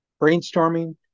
brainstorming